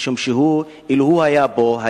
אילו הוא היה פה,